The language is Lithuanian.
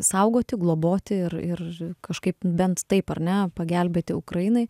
saugoti globoti ir ir kažkaip bent taip ar ne pagelbėti ukrainai